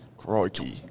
Crikey